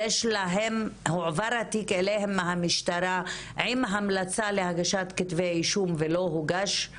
הועבר התיק אליהם מהמשטרה עם המלצה להגשת כתבי אישום ולא הוגשו